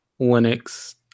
Linux